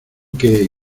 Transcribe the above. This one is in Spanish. que